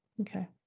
Okay